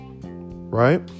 Right